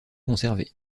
conservés